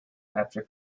after